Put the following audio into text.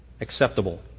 acceptable